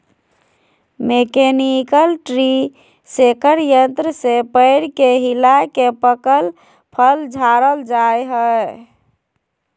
mechanical tree shaker यंत्र से पेड़ के हिलाके पकल फल झारल जा हय